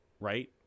Right